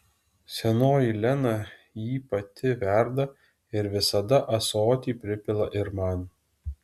senoji lena jį pati verda ir visada ąsotį pripila ir man